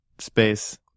Space